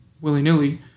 willy-nilly